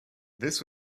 this